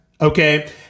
okay